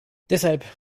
deshalb